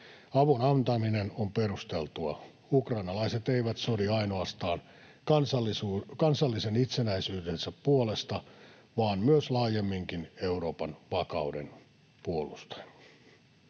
Avun antaminen on perusteltua. Ukrainalaiset eivät sodi ainoastaan kansallisen itsenäisyytensä puolesta, vaan myös laajemminkin Euroopan vakauden puolustajana.